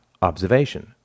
observation